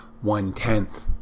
one-tenth